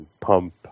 pump